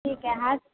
ठीक आहे हाच